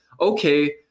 okay